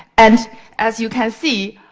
and as you can see,